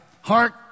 Hark